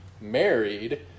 married